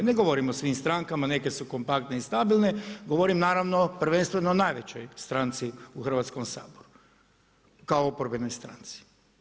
Ne govorim o svim strankama, neke su kompaktne i stabilne, govorimo naravno prvenstveno o najvećoj stranci u Hrvatskom saboru kao oporbenoj stranci.